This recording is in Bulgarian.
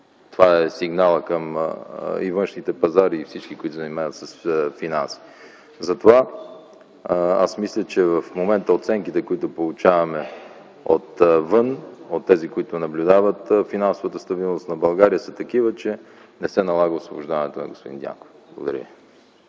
Това е сигналът към външните пазари и към всички, които се занимават с финанси. Затова аз мисля, че в момента оценките, които получаваме отвън от тези, които наблюдават финансовата стабилност на България, са такива, че не се налага освобождаването на господин Дянков. Благодаря